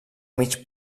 mig